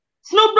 Snoop